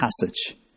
passage